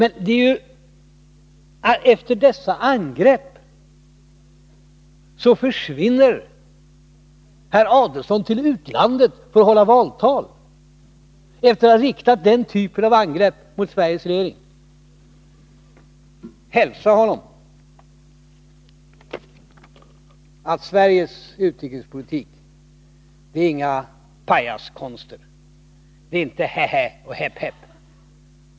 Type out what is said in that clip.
Efter att ha riktat hårda angrepp mot Sveriges regering försvinner således herr Adelsohn till Finland för att hålla valtal. Hälsa honom att Sveriges utrikespolitik inte är några pajaskonster. Det är inte hä hä och hep hep.